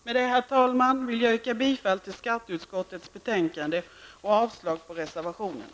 Med det, herr talman, vill jag yrka bifall till hemställan i skatteutskottets betänkande och avslag på reservationerna.